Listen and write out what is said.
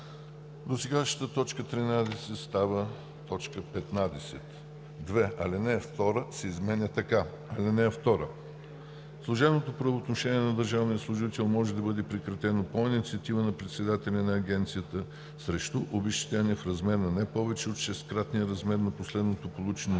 досегашната т. 13 става т. 15. 2. Алинея 2 се изменя така: „(2) Служебното правоотношение на държавния служител може да бъде прекратено по инициатива на председателя на Агенцията срещу обезщетение в размер на не повече от 6-кратния размер на последното получено